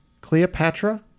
Cleopatra